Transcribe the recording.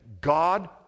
God